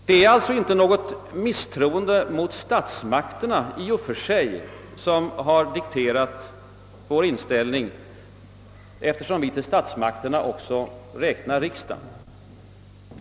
Det är inte något misstroende mot »statsmakterna» i och för sig som dikterat vår inställning; till statsmakterna hör ju även riksdagen.